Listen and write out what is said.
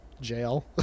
jail